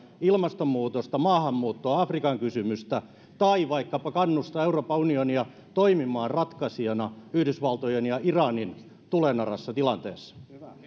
ilmastonmuutosta maahanmuuttoa afrikan kysymystä tai vaikkapa kannustaa euroopan unionia toimimaan ratkaisijana yhdysvaltojen ja iranin tulenarassa tilanteessa